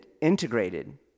integrated